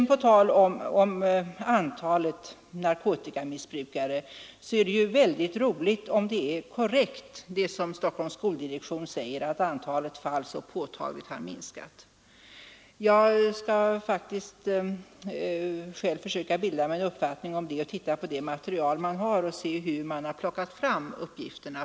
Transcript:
På tal om antalet narkotikamissbrukare vill jag säga att det är väldigt roligt om det är korrekt vad Stockholms skoldirektion säger, nämligen att antalet fall har minskat så påtagligt. Jag skall faktiskt själv försöka bilda mig en uppfattning om det och se på det material som finns och studera hur man har tagit fram uppgifterna.